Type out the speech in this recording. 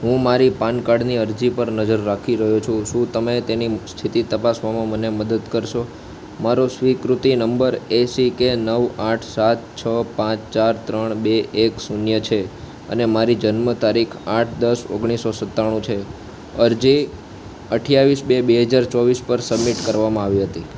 હું મારી પાનકાર્ડની અરજી પર નજર રાખી રહ્યો છું શું તમે તેની સ્થિતિ તપાસવામાં મને મદદ કરશો મારો સ્વીકૃતિ નંબર એસીકે નવ આઠ સાત છ પાંચ ચાર ત્રણ બે એક શૂન્ય છે અને મારી જન્મતારીખ આઠ દસ ઓગણી સો સત્તાણું છે અરજી અઠ્ઠાવીસ બે બે હજાર ચોવીસ પર સબમિટ કરવામાં આવી હતી